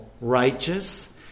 righteous